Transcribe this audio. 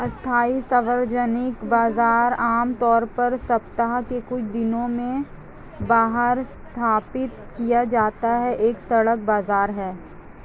अस्थायी सार्वजनिक बाजार, आमतौर पर सप्ताह के कुछ दिनों में बाहर स्थापित किया जाता है, एक सड़क बाजार है